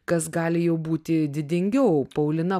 kas gali jau būti didingiau paulina